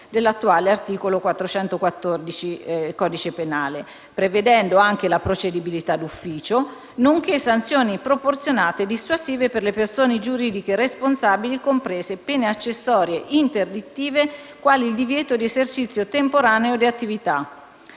di cui all'articolo 414 del codice penale, prevedendo anche la procedibilità d'ufficio, nonché sanzioni proporzionate e dissuasive per le persone giuridiche responsabili, comprese pene accessorie interdittive quali il divieto di esercizio temporaneo di attività.